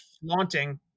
flaunting